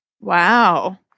Wow